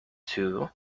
too